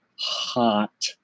hot